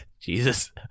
Jesus